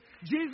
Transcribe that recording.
Jesus